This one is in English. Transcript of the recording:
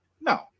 No